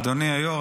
אדוני היו"ר,